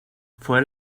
fue